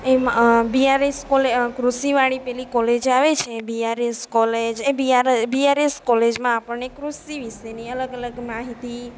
એમ BRS કોલે કૃષિવાળી પેલી કોલેજ આવે છે બીઆરએસ કોલેજ બીઆરએસ કોલેજમાં આપણને કૃષિ વિશેની અલગ અલગ માહિતી